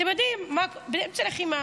אתם יודעים, באמצע לחימה.